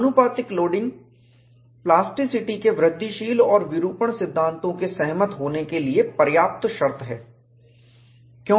आनुपातिक loading plasticity के वृद्धिशील और विरूपण सिद्धांतों के सहमत होने के लिए पर्याप्त शर्त हैं